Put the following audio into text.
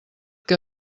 que